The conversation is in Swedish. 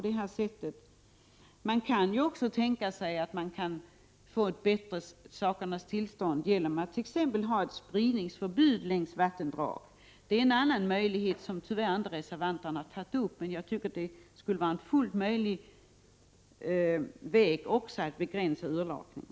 Det kan också tänkas att vi kan få ett bättre sakernas tillstånd genom att ha ett spridningsförbud för sträckor längs vattendrag. Det är en möjlighet som reservanterna tyvärr inte har tagit upp, men jag tycker att också detta skulle vara en fullt möjlig väg att gå för att begränsa urlakningen.